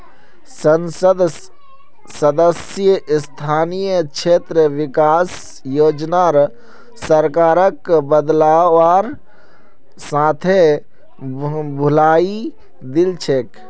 संसद सदस्य स्थानीय क्षेत्र विकास योजनार सरकारक बदलवार साथे भुलई दिल छेक